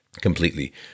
completely